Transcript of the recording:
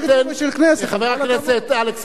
חבר הכנסת אלכס מילר,